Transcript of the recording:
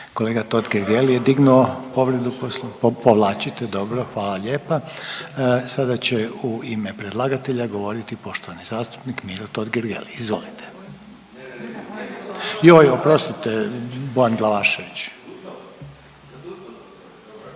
Kolega Totgergeli je dignuo povredu, povlačite, dobro, hvala lijepa. Sada će u ime predlagatelja govoriti poštovani zastupnik Miro Totgergeli. Izvolite, joj oprostite Bojan Glavašević.